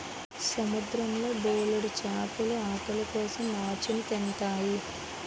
సముద్రం లో బోలెడు చేపలు ఆకలి కోసం నాచుని తింతాయి